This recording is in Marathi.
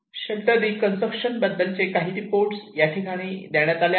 शेल्टर रीकंस्ट्रक्शन बद्दलचे काही रिपोर्ट येथे दिले आहेत